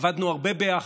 עבדנו הרבה ביחד,